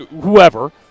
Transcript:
whoever